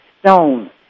stone